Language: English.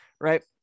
right